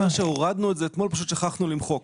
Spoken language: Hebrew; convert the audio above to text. הורדנו את זה אתמול, פשוט שכחנו למחוק.